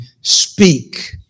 speak